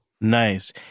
Nice